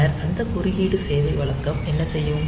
பின்னர் அந்த குறுக்கீடு சேவை வழக்கம் என்ன செய்யும்